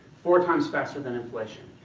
four times faster than inflation.